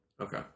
Okay